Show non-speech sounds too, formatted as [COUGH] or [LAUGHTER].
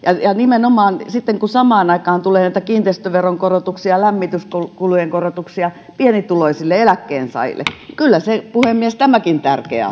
nimenomaan kun samaan aikaan tulee näitä kiinteistöveron korotuksia ja lämmityskulujen korotuksia pienituloisille eläkkeensaajille kyllä puhemies tämäkin tärkeä [UNINTELLIGIBLE]